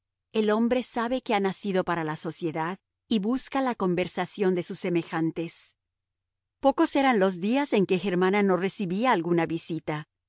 el hombre sabe que ha nacido para la sociedad y busca la conversación de sus semejantes pocos eran los días en que germana no recibía alguna visita